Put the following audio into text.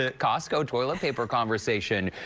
ah costco toilet paper conversation,